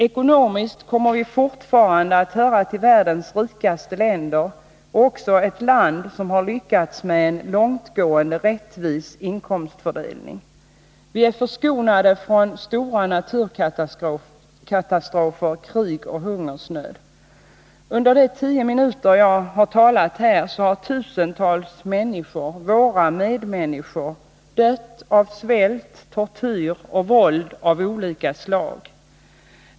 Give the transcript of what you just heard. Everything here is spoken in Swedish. Ekonomiskt kommer vi fortfarande att höra till världens rikaste länder, och Sverige har också lyckats med att åstadkomma en långtgående rättvis inkomstfördelning. Vi är förskonade från stora naturkatastrofer, krig och hungersnöd. Under de tio minuter som jag har talat här har tusentals människor, våra medmänniskor, dött av svält, tortyr och våld av olika slag.